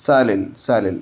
चालेल चालेल